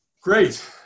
Great